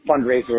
fundraiser